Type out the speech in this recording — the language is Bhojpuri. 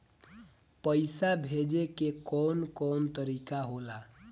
पइसा भेजे के कौन कोन तरीका होला?